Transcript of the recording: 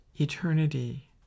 eternity